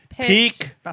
peak